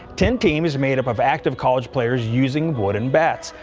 ten team is made up of active college players, using wooden bats.